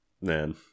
Man